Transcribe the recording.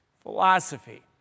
philosophy